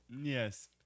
Yes